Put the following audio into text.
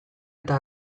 eta